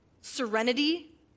serenity